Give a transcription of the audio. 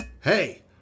Hey